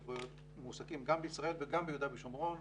מועסקים גם בישראל וגם ביהודה ושומרון,